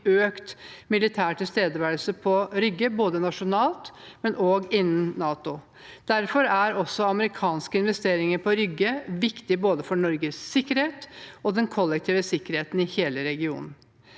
økt militær tilstedeværelse på Rygge både nasjonalt og innen NATO. Derfor er også amerikanske investeringer på Rygge viktig både for Norges sikkerhet og den kollektive sikkerheten i hele regionen.